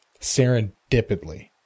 serendipitously